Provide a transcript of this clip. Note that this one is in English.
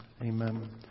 Amen